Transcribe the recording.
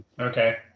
okay